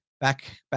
back